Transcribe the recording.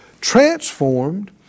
Transformed